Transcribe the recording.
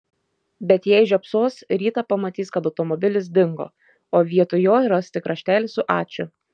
bet jei žiopsos rytą pamatys kad automobilis dingo o vietoj jo ras tik raštelį su ačiū